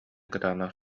кытаанах